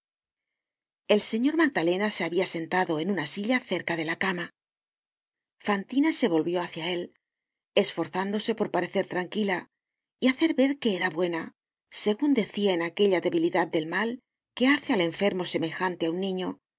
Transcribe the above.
el señor magdalena se habia sentado en una silla cerca de la cama fantina se volvió hácia él esforzándose por parecer tranquila y hacer ver que era buena segun decia en aquella debilidad del mal que hace al enfermo semejante á un niño